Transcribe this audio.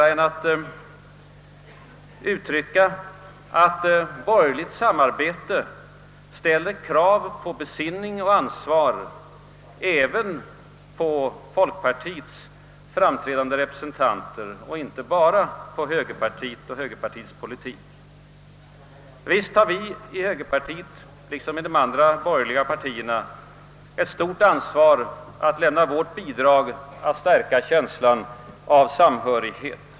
Jag "vill bara fastslå, att borgerligt samarbete ställer krav på besinning och ansvar även hos framträdande representanter för folkpartiet och inte bara hos högerpartiet och dess politiker. Visst har högerpartiet liksom de andra borgerliga partierna ett stort ansvar när det gäller att stärka känslan av samhörighet.